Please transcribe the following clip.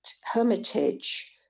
hermitage